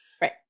Right